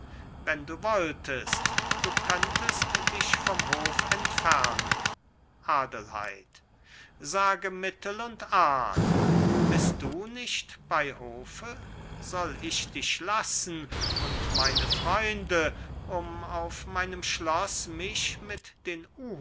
wenn du wolltest du könntest dich vom hof entfernen adelheid sage mittel und art bist du nicht bei hofe soll ich dich lassen und meine freunde um auf meinem schloß mich mit den